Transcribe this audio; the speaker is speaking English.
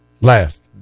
last